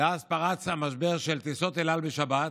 ואז פרץ המשבר של טיסות אל על בשבת,